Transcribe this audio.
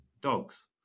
dogs